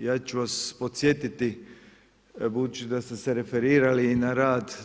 Ja ću vas podsjetiti budući da ste se referirali